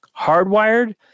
hardwired